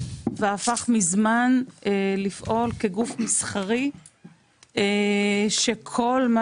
והפך מזמן לפעול כגוף מסחרי שכל מה